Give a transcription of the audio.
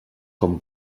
com